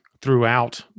throughout